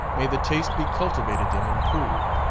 may the taste be cultivated and improved,